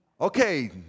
Okay